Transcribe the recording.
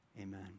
Amen